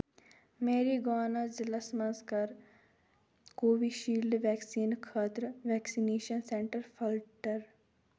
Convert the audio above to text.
ماریٖگانہ ضلعس مَنٛز کر کووِشیٖلڈ ویکسیٖن خٲطرٕ ویکسِنیشن سینٹر فلٹر